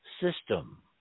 system